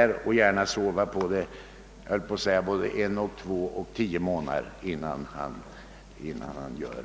Han kan gärna sova på saken både en och två och tio månader, innan han gör